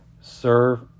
serve